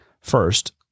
First